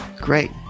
Great